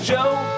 Joe